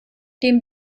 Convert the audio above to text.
dem